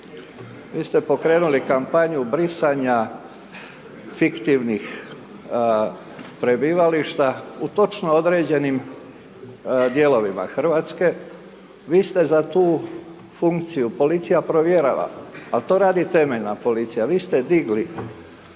vi ste pokrenuli kampanju brisanja fiktivnih prebivališta u točno određenih dijelovima Hrvatske, vi ste za tu funkciju, policija provjera, a to radi temeljna policija, vi ste digli